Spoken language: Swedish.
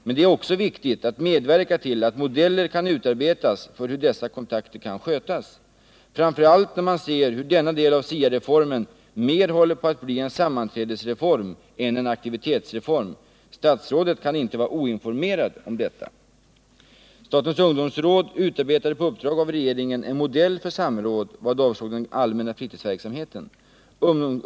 Men det är också viktigt att medverka till att modeller kan utarbetas för hur dessa kontakter kan skötas, framför allt när man ser hur denna del av SIA-reformen mer håller på att bli en sammanträdesreform än en aktivitetsreform. Statsrådet kan inte vara oinformerad om detta. Statens ungdomsråd utarbetade på uppdrag av regeringen en modell för samråd i vad avsåg den allmänna fritidsverksamheten.